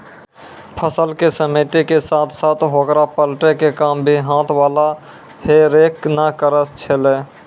फसल क समेटै के साथॅ साथॅ होकरा पलटै के काम भी हाथ वाला हे रेक न करै छेलै